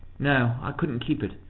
no. i couldn't keep it,